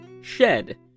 shed